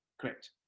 correct